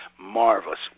Marvelous